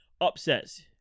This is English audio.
upsets